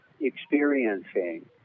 experiencing